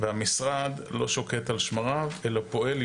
והמשרד לא שוקט על שמריו אלא פועל,